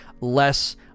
less